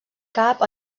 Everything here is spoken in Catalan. cap